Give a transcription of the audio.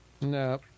No